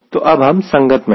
तो अब हम संगत में है